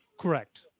Correct